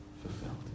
fulfilled